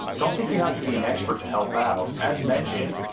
don't think you have to be an expert to help out as mentioned,